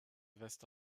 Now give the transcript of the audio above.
weste